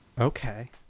okay